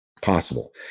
possible